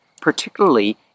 particularly